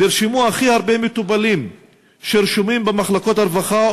נרשמו הכי הרבה מטופלים שרשומים במחלקות הרווחה,